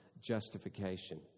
justification